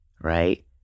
right